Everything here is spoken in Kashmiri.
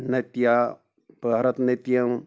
نَتیا بھارَت نتیَم